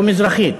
או מזרחית.